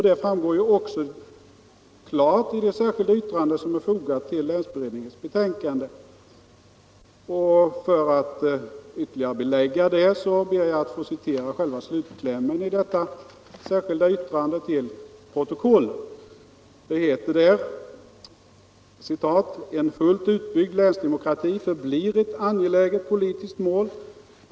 Det framgår också klart av det särskilda yttrande som är fogat till länsberedningens betänkande. För att ytterligare belägga det ber jag att till protokollet få citera slutklämmen i detta särskilda yttrande: ”En fullt utbyggd länsdemokrati förblir ett angeläget politiskt mål.